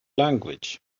language